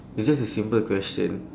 it's just a simple question